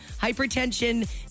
Hypertension